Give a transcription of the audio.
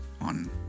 on